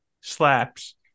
slaps